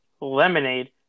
lemonade